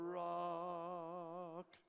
rock